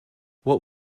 what